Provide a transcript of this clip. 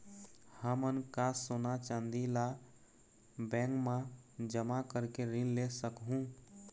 हमन का सोना चांदी ला बैंक मा जमा करके ऋण ले सकहूं?